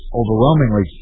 overwhelmingly